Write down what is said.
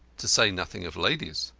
to say nothing of ladies!